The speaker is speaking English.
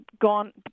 gone